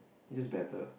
is better